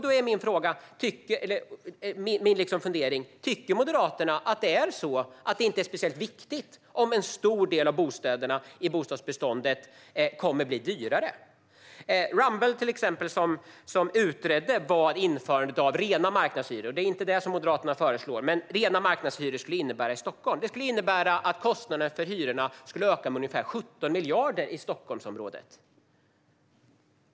Då är min fundering: Tycker Moderaterna att det inte är speciellt viktigt om en stor del av bostäderna i bostadsbeståndet kommer att bli dyrare? Ramböll utredde vad införandet av rena marknadshyror - det är inte det som Moderaterna föreslår - skulle innebära i Stockholm. Det skulle innebära att hyrorna skulle öka med ungefär 17 miljarder i Stockholmsområdet.